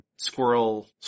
squirrel